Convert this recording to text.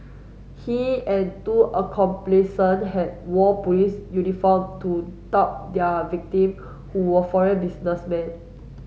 he and two had wore police uniform to their victim who were foreign businessmen